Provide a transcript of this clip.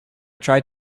tried